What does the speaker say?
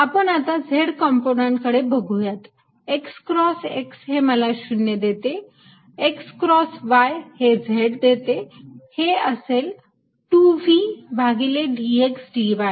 आपण आता z कंम्पोनंटकडे बघुयात x क्रॉस x हे मला 0 देते x क्रॉस y हे z देते हे असेल 2V भागिलेdx dy